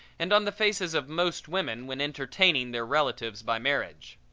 and on the faces of most women when entertaining their relatives by marriage.